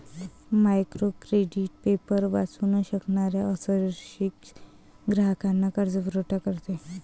micro credit paper वाचू न शकणाऱ्या अशिक्षित ग्राहकांना कर्जपुरवठा करते